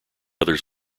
others